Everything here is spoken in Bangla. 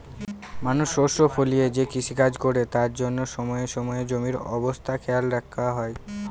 মানুষ শস্য ফলিয়ে যে কৃষিকাজ করে তার জন্য সময়ে সময়ে জমির অবস্থা খেয়াল রাখা হয়